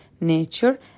nature